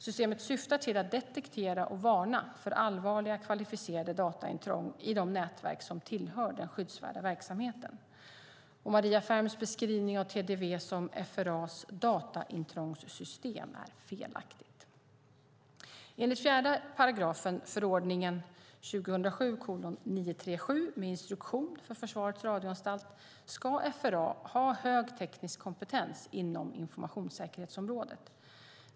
Systemet syftar till att detektera och varna för allvarliga, kvalificerade dataintrång i de nätverk som tillhör den skyddsvärda verksamheten. Maria Ferms beskrivning av TDV som "FRA:s dataintrångssystem" är felaktig. Enligt 4 § förordningen med instruktion för Försvarets radioanstalt ska FRA ha hög teknisk kompetens inom informationssäkerhetsområdet.